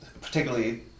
particularly